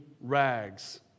rags